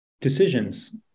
decisions